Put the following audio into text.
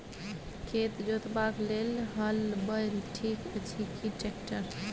खेत जोतबाक लेल हल बैल ठीक अछि की ट्रैक्टर?